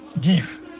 Give